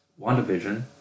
WandaVision